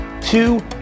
two